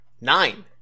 nine